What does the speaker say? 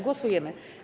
Głosujemy.